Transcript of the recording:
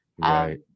Right